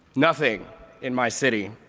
nothing in my city.